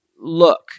look